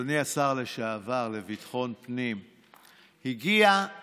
אדוני השר לביטחון פנים לשעבר, הגיעה